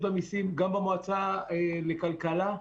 אני מבקש לשמוע את איריס שטרק מלשכת רואי החשבון.